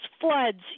floods